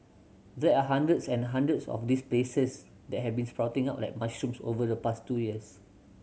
there are hundreds and hundreds of these places that have been sprouting up like mushrooms over the past two years